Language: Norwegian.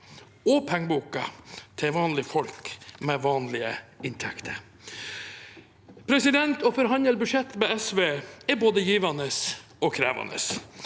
og pengeboka til vanlige folk med vanlige inntekter. Å forhandle budsjett med SV er både givende og krevende,